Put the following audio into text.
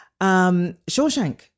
Shawshank